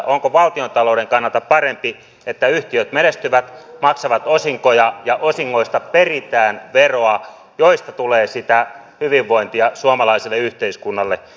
onko valtiontalouden kannalta parempi että yhtiöt menestyvät maksavat osinkoja ja osingoista peritään veroa josta tulee sitä hyvinvointia suomalaiselle yhteiskunnalle